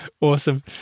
Awesome